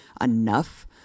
enough